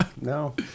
No